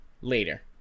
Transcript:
Later